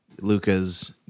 Luca's